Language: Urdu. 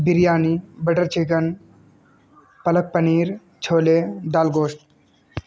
بریانی بٹر چکن پالک پنیر چھولے دال گوشت